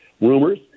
rumors